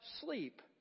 sleep